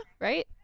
right